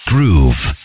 Groove